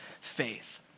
faith